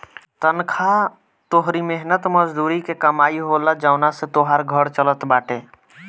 तनखा तोहरी मेहनत मजूरी के कमाई होला जवना से तोहार घर चलत बाटे